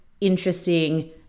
interesting